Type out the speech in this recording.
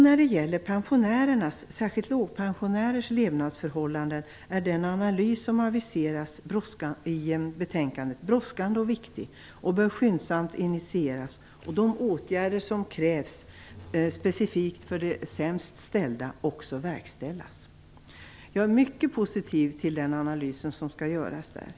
När det gäller pensionärernas levnadsförhållanden - särskilt de med låg pension - är den analys som aviseras i betänkandet brådskande och viktig, och den bör skyndsamt initieras. De åtgärder som krävs specifikt för de sämst ställda bör också verkställas. Jag är mycket positiv till den analys som skall göras där.